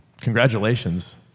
Congratulations